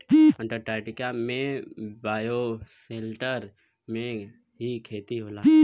Antarctica में bioshelter में ही खेती होला